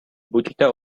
buďte